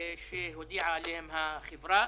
שהודיעה עליהם החברה.